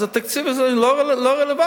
אז התקציב הזה לא רלוונטי,